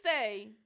say